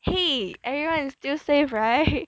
!hey! everyone is still safe right